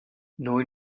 noi